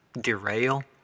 derail